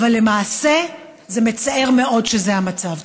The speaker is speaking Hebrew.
אבל למעשה זה מצער מאוד שזה המצב.